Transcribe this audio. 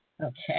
Okay